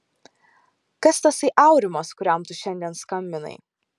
kas tasai aurimas kuriam tu šiandien skambinai